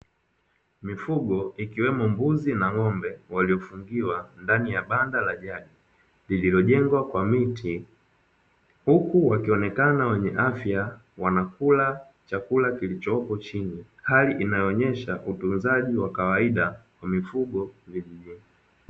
Mifugo ikiwemo mbuzi na ng'ombe waliofungiwa ndani ya banda la jadi lililojengwa kwa miti, huku wakionekana wenye afya wanakula chakula kilichopo chini, hali inayoonyesha utunzaji wa kawaida wa mifugo vijijini.